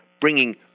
bringing